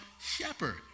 shepherd